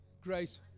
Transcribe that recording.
grace